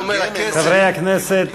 חברי הכנסת,